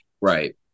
Right